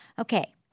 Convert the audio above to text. Okay